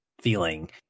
feeling